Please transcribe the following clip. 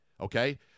okay